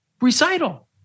recital